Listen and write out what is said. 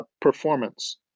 performance